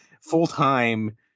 full-time